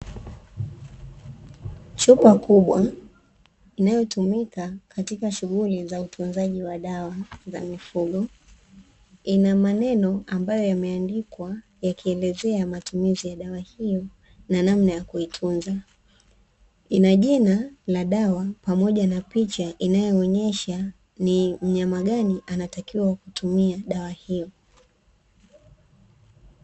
Chupa kubwa inayotumika katika shughuli za utunzaji wa dawa za mifugo. Ina maneno ambayo yameandikwa yakielezea matumizi ya dawa hiyo na namna ya kuitunza. Ina jina la dawa pamoja na picha inayoonyesha ni mnayama gani anatakiwa kutumia dawa hiyo.